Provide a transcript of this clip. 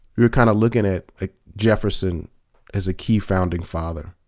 you're kind of looking at ah jefferson as a key founding father,